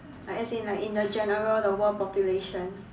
uh as in like in the general the world population